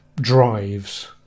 drives